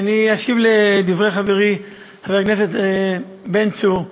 אשיב על דברי חברי חבר הכנסת בן צור.